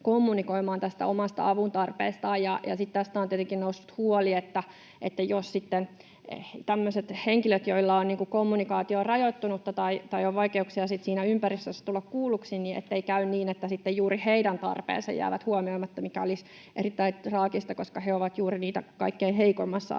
kommunikoimaan omasta avun tarpeestaan. Tästä on tietenkin noussut huoli tämmöisistä henkilöistä, joilla on kommunikaatio rajoittunutta tai on vaikeuksia siinä ympäristössä tulla kuulluksi, ettei käy niin, että sitten juuri heidän tarpeensa jäävät huomioimatta, mikä olisi erittäin traagista, koska he ovat juuri niitä kaikkein heikoimmassa asemassa